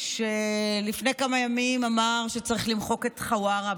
שלפני כמה ימים אמר שצריך למחוק את חווארה,